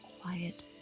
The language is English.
quiet